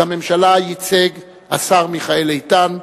את הממשלה ייצג השר מיכאל איתן,